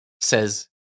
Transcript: says